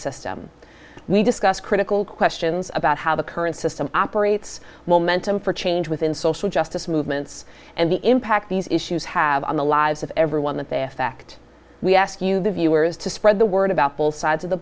system we discussed critical questions about how the current system operates momentum for change within social justice movements and the impact these issues have on the lives of everyone that they affect we ask you the viewers to spread the word about both sides of the